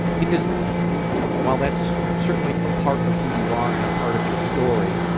because while that's certainly a part of who you are and a part of your story,